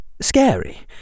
scary